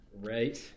Right